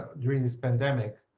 during this pandemic,